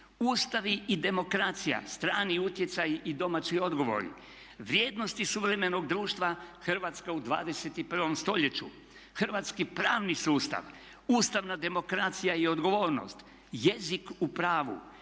"Ustavi i demokracija – strani utjecaji i domaći odgovori", "Vrijednosti suvremenog društva Hrvatska u 21. stoljeću", "Hrvatski pravni sustav", "Ustavna demokracija i odgovornost", "Jezik u pravu",